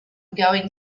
going